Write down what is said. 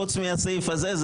חוץ מהסעיף הזה,